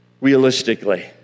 realistically